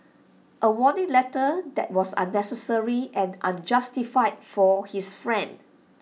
A warning letter that was unnecessary and unjustified for his friend